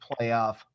playoff